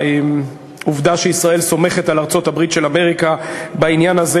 והעובדה שישראל סומכת על ארצות-הברית של אמריקה בעניין הזה,